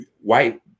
white